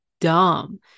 dumb